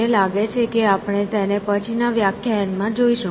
મને લાગે છે કે આપણે તેને પછી ના વ્યાખ્યાયન માં જોઈશું